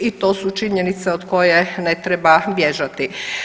I to su činjenice od koje ne treba bježati.